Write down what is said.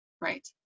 right